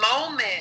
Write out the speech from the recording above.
moment